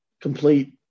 complete